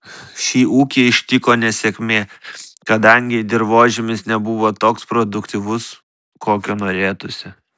šį ūkį ištiko nesėkmė kadangi dirvožemis nebuvo toks produktyvus kokio norėtųsi